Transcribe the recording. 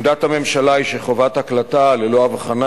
עמדת הממשלה היא שחובת הקלטה ללא הבחנה